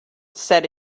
said